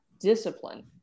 discipline